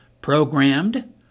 programmed